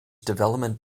development